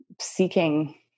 seeking